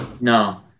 no